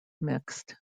mixed